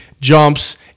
jumps